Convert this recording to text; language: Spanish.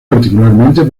particularmente